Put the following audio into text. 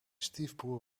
stiefbroer